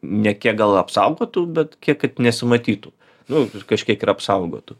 ne kiek gal apsaugotų bet kiek kad nesimatytų nu kažkiek ir apsaugotų